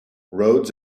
roads